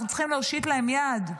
אנחנו צריכים להושיט להם יד.